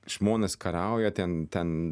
žmonės kariauja ten ten